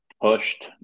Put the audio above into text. pushed